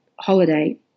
holiday